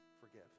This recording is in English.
Forgive